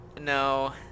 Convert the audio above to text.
no